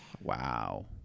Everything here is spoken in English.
Wow